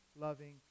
loving